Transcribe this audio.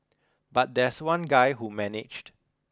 but there's one guy who managed